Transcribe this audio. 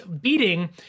beating